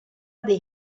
dei